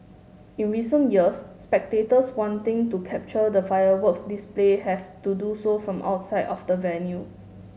in recent years spectators wanting to capture the fireworks display have to do so from outside of the venue